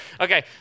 Okay